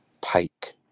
Pike